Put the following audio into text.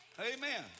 Amen